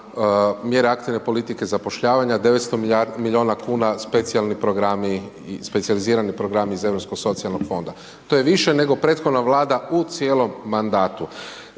mjere aktivne politike zapošljavanja, 900 milijuna kuna specijalni programi, specijalizirani programi iz Europskog socijalnog fonda. To je više nego prethodna Vlada u cijelom madatu.